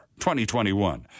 2021